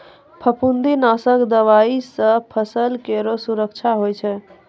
फफूंदी नाशक दवाई सँ फसल केरो सुरक्षा होय छै